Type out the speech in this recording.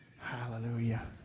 Hallelujah